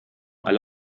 alle